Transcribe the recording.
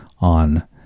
on